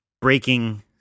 breaking